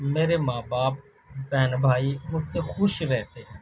میرے ماں باپ بہن بھائی مجھ سے خوش رہتے ہیں